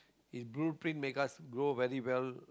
his blueprint make us grow very well